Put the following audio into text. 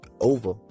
over